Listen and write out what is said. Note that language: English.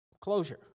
closure